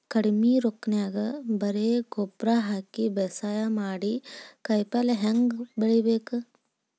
ಕಡಿಮಿ ರೊಕ್ಕನ್ಯಾಗ ಬರೇ ಗೊಬ್ಬರ ಹಾಕಿ ಬೇಸಾಯ ಮಾಡಿ, ಕಾಯಿಪಲ್ಯ ಹ್ಯಾಂಗ್ ಬೆಳಿಬೇಕ್?